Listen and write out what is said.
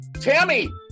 Tammy